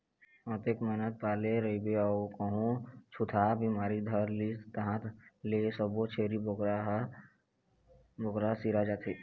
अतेक मेहनत ल पाले रहिबे अउ कहूँ छूतहा बिमारी धर लिस तहाँ ले सब्बो छेरी बोकरा ह सिरा जाथे